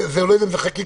אני לא יודע אם זה חקיקה,